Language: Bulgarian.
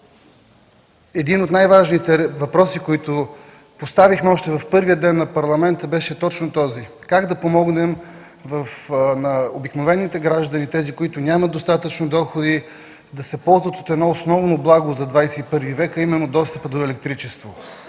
Един от най-важните въпроси, които поставихме още в първия ден на парламента, беше точно този: как да помогнем на обикновените граждани, тези които нямат достатъчно доходи, да се ползват от едно основно благо за ХХІ век, а именно достъпа до електричество.